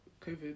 covid